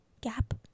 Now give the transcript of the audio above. Gap